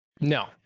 No